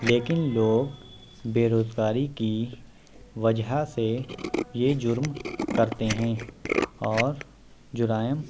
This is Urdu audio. لیکن لوگ بے روزگاری کی وجہ سے یہ جرم کرتے ہیں اور جرائم